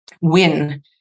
win